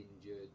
injured